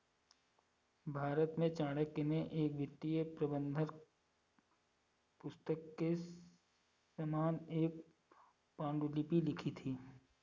भारत में चाणक्य ने एक वित्तीय प्रबंधन पुस्तक के समान एक पांडुलिपि लिखी थी